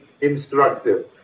instructive